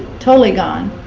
totally gone.